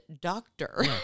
doctor